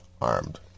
armed